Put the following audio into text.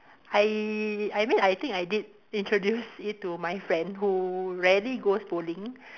I I mean I think I did introduce it to my friend who rarely goes bowling